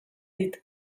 dit